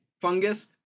fungus